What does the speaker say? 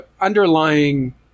underlying